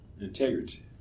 integrity